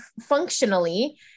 functionally